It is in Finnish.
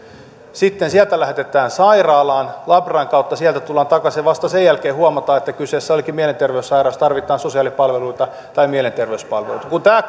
sitten sieltä lähetetään sairaalaan labran kautta sieltä tullaan takaisin ja vasta sen jälkeen huomataan että kyseessä olikin mielenterveyssairaus tarvitaan sosiaalipalveluita tai mielenterveyspalveluita kun tämä